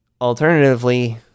Alternatively